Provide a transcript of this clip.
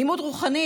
אלימות רוחנית,